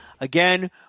again